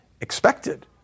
expected